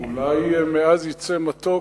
אולי מעז יצא מתוק,